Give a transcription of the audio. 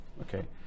Okay